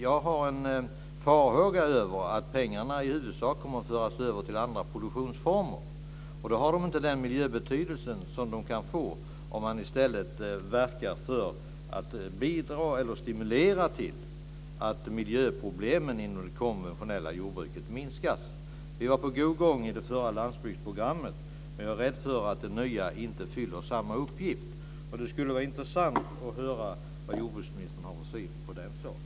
Jag har en farhåga för att pengarna i huvudsak kommer att föras över till andra produktionsformer, och då har de inte den här miljöbetydelsen, som de kan få om man i stället verkar för att bidra till att miljöproblemen inom det konventionella jordbruket minskas. Vi var på god gång i det förra landsbygdsprogrammet, men jag är rädd för att det nya inte fyller samma funktion. Det skulle vara intressant att höra vad jordbruksministern har för syn på den saken.